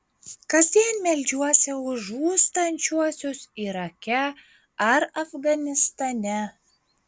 kasdien meldžiuosi už žūstančiuosius irake ar afganistane